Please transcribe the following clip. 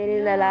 இல்ல:illa leh